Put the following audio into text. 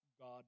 God